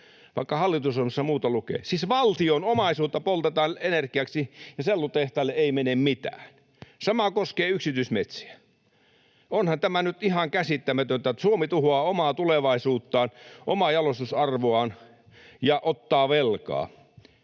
vaikka hallitusohjelmassa muuta lukee. Siis valtion omaisuutta poltetaan energiaksi ja sellutehtaille ei mene mitään. Sama koskee yksityismetsiä. Onhan tämä nyt ihan käsittämätöntä, että Suomi tuhoaa omaa tulevaisuuttaan, omaa jalostusarvoaan ja ottaa velkaa.